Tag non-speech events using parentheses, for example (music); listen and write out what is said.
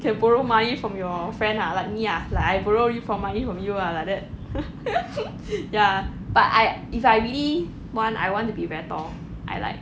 can borrow money from your friend ha like me ah like I borrow you from money from you ah like that (laughs) ya but I if I really want I want to be very tall I like